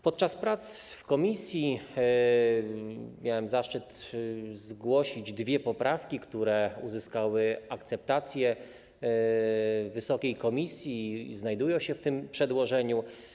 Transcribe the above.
Podczas prac w komisji miałem zaszczyt zgłosić dwie poprawki, które uzyskały akceptację wysokiej komisji i znajdują się w tym przedłożeniu.